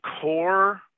core